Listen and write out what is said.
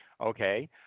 Okay